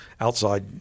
outside